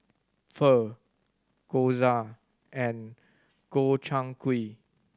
Pho Gyoza and Gobchang Gui